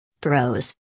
Pros